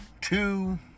two